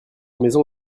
maison